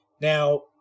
Now